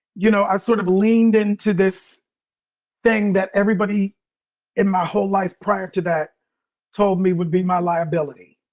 you know, i sort of leaned into this thing that everybody in my whole life prior to that told me would be my liability.